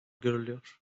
görülüyor